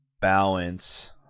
balance